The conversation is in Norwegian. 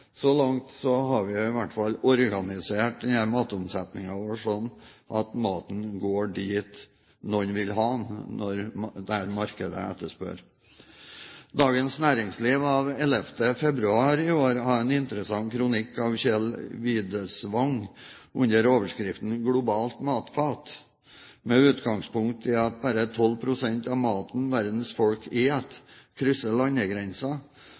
Så langt har vi i hvert fall organisert matomsetningen vår slik at maten går dit noen vil ha den, der markedet etterspør den. Dagens Næringsliv av 11. februar i år hadde en interessant kronikk av Kjetil Wiedswang under overskriften «Globalt matfat». Med utgangspunkt i at bare 12 pst. av maten verdens folk spiser, krysser